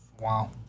Wow